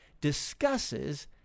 discusses